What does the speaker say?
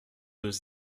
deux